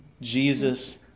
Jesus